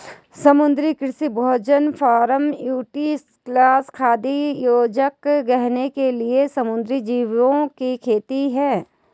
समुद्री कृषि भोजन फार्मास्यूटिकल्स, खाद्य योजक, गहने के लिए समुद्री जीवों की खेती है